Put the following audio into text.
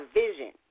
vision